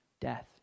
Death